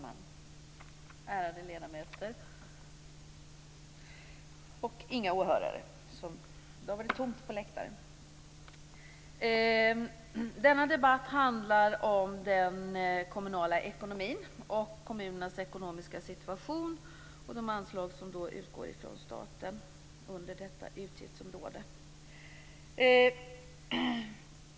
Herr talman! Ärade ledamöter! Denna debatt handlar om den kommunala ekonomin och kommunernas ekonomiska situation och de anslag som utgår från staten under detta utgiftsområde.